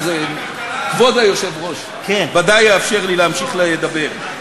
כבוד היושב-ראש ודאי יאפשר לי להמשיך לדבר.